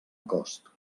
cost